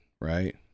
right